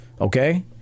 Okay